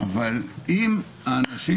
ואם יחול שינוי אצל האנשים